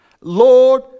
Lord